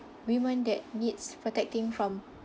women that needs protecting from